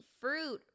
fruit